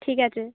ঠিক আছে